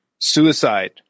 suicide